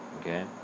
okay